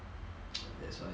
that's why